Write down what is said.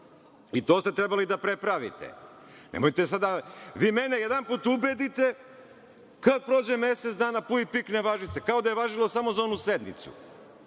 To ste trebali da prepravite. Nemojte sada, vi mene jedanput ubedite, kad prođe mesec dana, puj-pik ne važi se, kao da je važilo samo za onu sednicu.